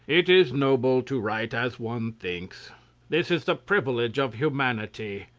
it is noble to write as one thinks this is the privilege of humanity.